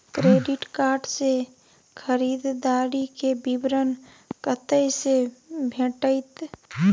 Credit card से खरीददारी के विवरण कत्ते से भेटतै?